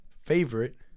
favorite